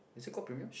is it called premiums